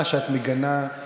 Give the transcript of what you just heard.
הזמן שלי